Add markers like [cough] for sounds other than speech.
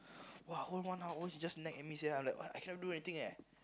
[breath] !wah! whole one hour she just nag at me sia I'm like what I cannot do anything leh